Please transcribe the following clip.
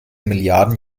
milliarden